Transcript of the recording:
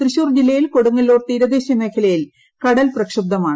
തൃശൂർ ജില്ലയിൽ കൊടുങ്ങല്ലൂർ തീരദേശമേഖലയിൽ കടൽ പ്രക്ഷുബ്ദമാണ്